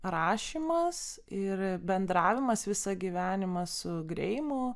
rašymas ir bendravimas visą gyvenimą su greimu